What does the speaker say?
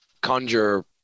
Conjure